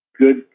good